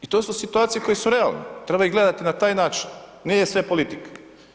I to su situacije koje su realne, treba ih gledati na taj način, nije sve politika.